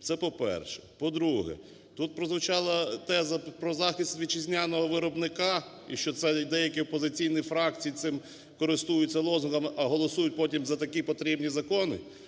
це по-перше. По-друге, тут прозвучала теза про захист вітчизняного виробника і що деякі опозиційні фракції цим користуються, лозунгами, а голосують потім за такі потрібні закони,